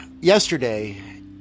yesterday